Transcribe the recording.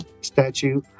statue